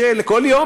יש לכל יום,